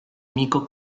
amico